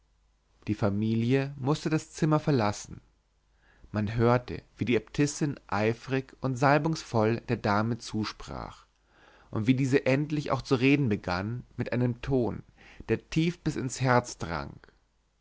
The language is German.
die familie mußte das zimmer verlassen man hörte wie die äbtissin eifrig und salbungsvoll der dame zusprach und wie diese endlich auch zu reden begann mit einem ton der tief bis ins herz drang